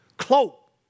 Cloak